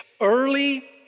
Early